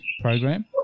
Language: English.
program